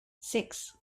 six